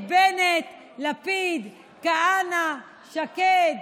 את בנט, לפיד, כהנא, שקד,